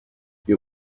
you